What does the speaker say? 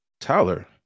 tyler